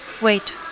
Wait